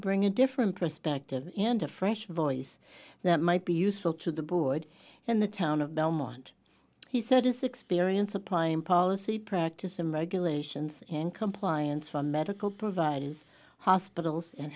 bring a different perspective and a fresh voice that might be useful to the board and the town of belmont he said his experience applying policy practice and regulations in compliance for medical providers hospitals and